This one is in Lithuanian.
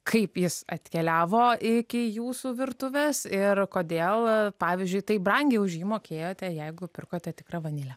kaip jis atkeliavo iki jūsų virtuvės ir kodėl pavyzdžiui taip brangiai už jį mokėjote jeigu pirkote tikrą vanilę